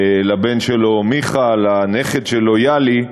לבנו מיכה, לנכדו יהלי,